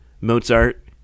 Mozart